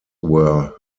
were